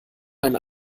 einen